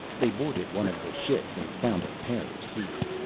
they boarded one of the ships and found a pair of seats.